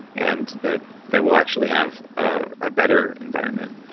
and that that we'll actually have a better environment,